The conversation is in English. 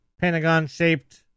Pentagon-shaped